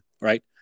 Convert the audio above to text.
Right